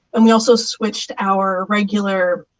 and we also switched our regular